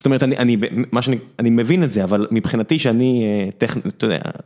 זאת אומרת, אני מבין את זה, אבל מבחינתי, שאני טכנית, אתה יודע.